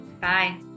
bye